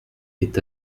est